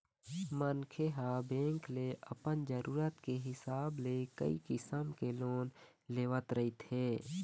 मनखे ह बेंक ले अपन जरूरत के हिसाब ले कइ किसम के लोन लेवत रहिथे